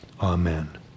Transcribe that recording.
Amen